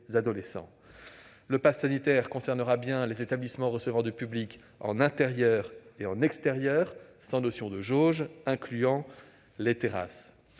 Le passe sanitaire concernera bien les établissements recevant du public (ERP), tant en intérieur qu'en extérieur, sans notion de jauge, en incluant donc les terrasses.